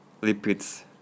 lipids